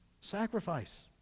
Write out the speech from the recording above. sacrifice